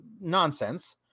nonsense